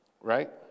right